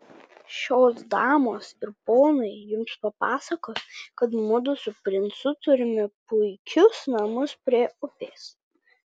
šios damos ir ponai jums papasakos kad mudu su princu turime puikius namus prie upės